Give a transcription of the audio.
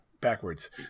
backwards